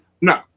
No